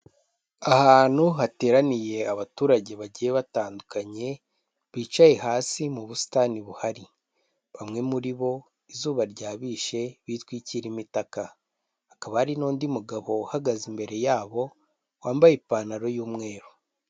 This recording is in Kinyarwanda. Ahantu hateraniye abaturage bagiye batandukanye bicaye hasi mu busitani buhari, bamwe muri bo izuba ryabishe bitwikira imitaka, hakaba hari n'undi mugabo uhagaze imbere yabo wambaye ipantaro y'umweru.